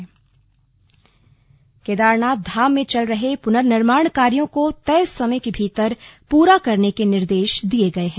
स्थलीय निरीक्षण केदारनाथ धाम में चल रहे पुननिर्माण कार्यों को तय समय के भीतर पूरा करने के निर्देश दिए गए हैं